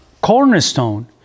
cornerstone